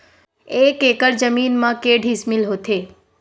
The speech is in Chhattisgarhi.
एक एकड़ जमीन मा के डिसमिल होथे?